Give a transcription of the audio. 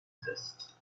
exists